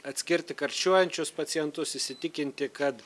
atskirti karščiuojančius pacientus įsitikinti kad